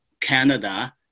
Canada